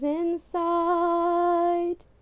inside